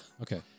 okay